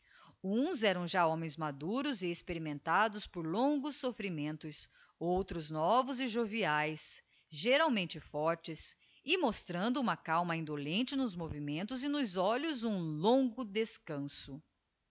uns eram já homens maduros e experimentados por longos soítrimentos outros novos e joviaes geral mente fortes e mostrando uma calma indolente nos movimentos e nos olhos um longo descanço